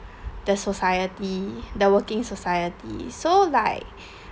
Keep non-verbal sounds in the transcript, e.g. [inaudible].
the society the working society so like [breath]